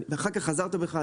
אחר כך חזרת בך,